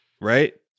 right